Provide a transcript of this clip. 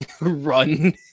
run